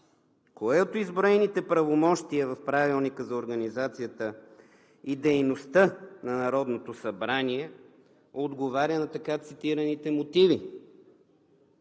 кое от изброените правомощия в Правилника за организацията и дейността на Народното събрание отговаря на така цитираните мотиви?